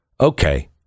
okay